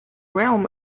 realm